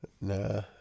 Nah